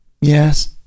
yes